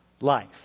life